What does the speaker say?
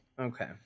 Okay